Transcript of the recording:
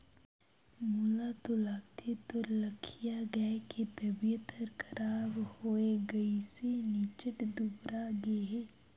मोला तो लगथे तोर लखिया गाय के तबियत हर खराब होये गइसे निच्च्ट दुबरागे हे